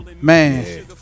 man